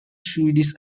swedish